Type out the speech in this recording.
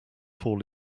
four